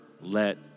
let